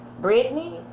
Brittany